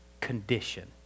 condition